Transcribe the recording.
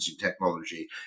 technology